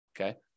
okay